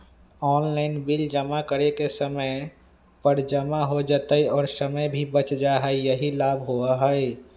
Online bill जमा करे से समय पर जमा हो जतई और समय भी बच जाहई यही लाभ होहई?